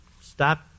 Stop